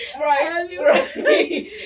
Right